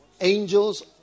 Angels